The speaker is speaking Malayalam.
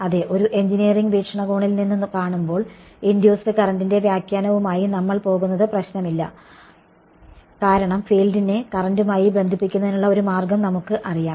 അതെ ഒരു എഞ്ചിനീയറിംഗ് വീക്ഷണകോണിൽ നിന്ന് കാണുമ്പോൾ ഇൻഡ്യൂസ്ഡ് കറന്റിന്റെ വ്യാഖ്യാനവുമായി നമ്മൾ പോകുന്നത് പ്രശ്നമില്ല കാരണം ഫീല്ഡിനെ കറന്റുമായി ബന്ധിപ്പിക്കുന്നതിനുള്ള ഒരു മാർഗം നമ്മൾക്ക് അറിയാം